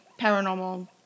paranormal